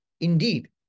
Indeed